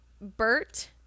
bert